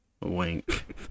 Wink